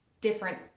different